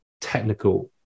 technical